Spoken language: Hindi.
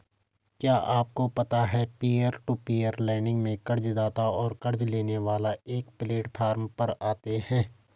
क्या आपको पता है पीयर टू पीयर लेंडिंग में कर्ज़दाता और क़र्ज़ लेने वाला एक प्लैटफॉर्म पर आते है?